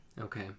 Okay